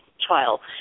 trial